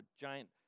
giant